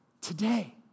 Today